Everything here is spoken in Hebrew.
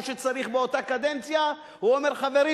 שצריך באותה קדנציה הוא אומר: חברים,